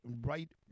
right